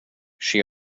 she